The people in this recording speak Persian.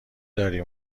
داری